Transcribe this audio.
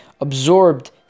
absorbed